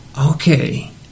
Okay